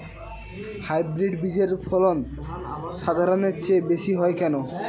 Hybrid বীজের ফলন সাধারণের চেয়ে বেশী হয় কেনো?